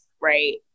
right